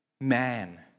man